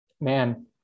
man